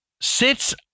sits